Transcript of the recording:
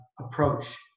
approach